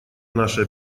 наши